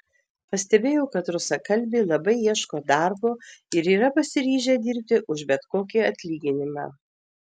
pastebėjau kad rusakalbiai labai ieško darbo ir yra pasiryžę dirbti už bet kokį atlyginimą